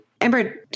Amber